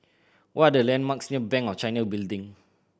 what are the landmarks near Bank of China Building